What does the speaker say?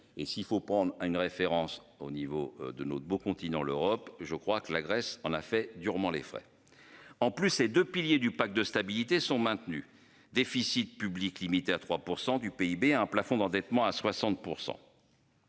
et s'il faut prendre une référence au niveau de notre beau continent, l'Europe, je crois que la Grèce en a fait durement les frais. En plus ces deux piliers du pacte de stabilité sont maintenus. Déficit public limité à 3% du PIB, un plafond d'endettement à 60%.